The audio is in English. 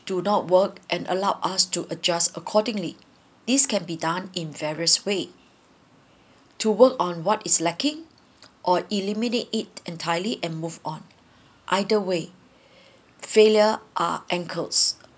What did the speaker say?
do not work and allowed us to adjust accordingly this can be done in various way to work on what is lacking or eliminate it entirely and move on either way failure are ankles